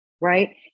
right